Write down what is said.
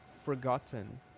Forgotten